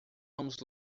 vamos